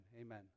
amen